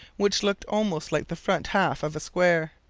which looked almost like the front half of a square.